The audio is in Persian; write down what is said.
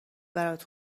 برات